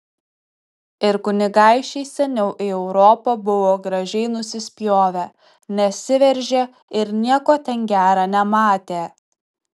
ir kunigaikščiai seniau į europą buvo gražiai nusispjovę nesiveržė ir nieko ten gera nematė